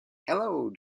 hello